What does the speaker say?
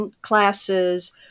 classes